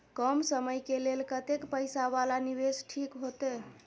कम समय के लेल कतेक पैसा वाला निवेश ठीक होते?